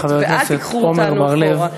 אז תחשבו פעם נוספת ואל תיקחו אותנו אחורה.